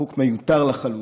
חוק מיותר לחלוטין.